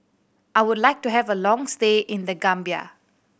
I would like to have a long stay in The Gambia